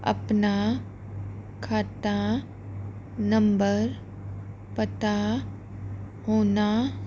ਆਪਣਾ ਖਾਤਾ ਨੰਬਰ ਪਤਾ ਹੋਣਾ